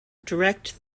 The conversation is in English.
direct